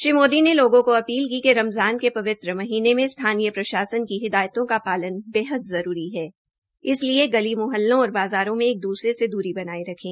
श्री मोदी ने लोगों को अपील की कि रमज़ान के पवित्र महीने मे स्थानीय प्रशासन की हिदायतों का पालना बहत जरूरी है इसलिए गली मुहल्लों और बाज़ारों में एक दूसरे से दूरी बनाये रखे